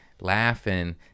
laughing